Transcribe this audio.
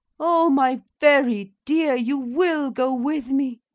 oh, my very dear, you will go with me?